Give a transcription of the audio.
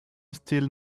still